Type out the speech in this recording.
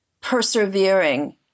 persevering